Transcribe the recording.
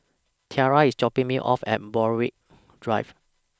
Tiarra IS dropping Me off At Borthwick Drive